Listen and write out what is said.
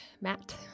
Matt